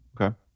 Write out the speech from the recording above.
okay